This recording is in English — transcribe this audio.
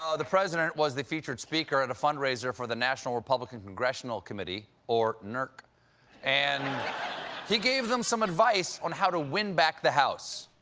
ah the president was the featured speaker at a fundraiser for the national republican congressional committee or nerk and he gave them some advice on how to win back the house.